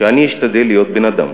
שאני אשתדל להיות בן-אדם.